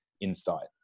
insight